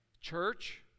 church